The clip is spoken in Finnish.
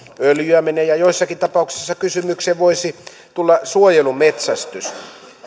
öljyäminen ja joissakin tapauksissa kysymykseen voisi tulla suojelumetsästys